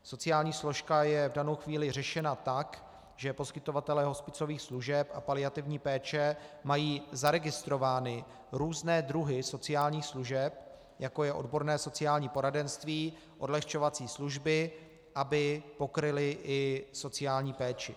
Sociální složka je v danou chvíli řešena tak, že poskytovatelé hospicových služeb a paliativní péče mají zaregistrovány různé druhy sociálních služeb, jako je odborné sociální poradenství, odlehčovací služby, aby pokryly i sociální péči.